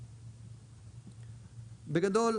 בגדול,